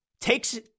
takes